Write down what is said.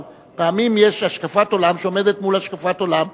אבל פעמים יש השקפת עולם שעומדת מול השקפת עולם,